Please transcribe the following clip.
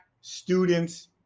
students